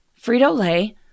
Frito-Lay